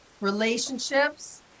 relationships